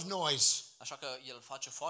noise